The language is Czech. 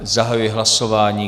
Zahajuji hlasování.